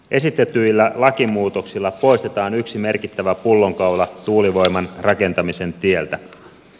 esitetyillä lakimuutoksilla poistetaan yksi merkittävä pullonkaula tuulivoiman rakentamisen tieltä